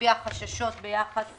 שהביע חששות ביחס